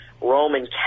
Roman